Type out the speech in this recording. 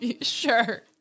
Sure